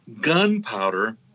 gunpowder